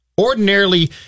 Ordinarily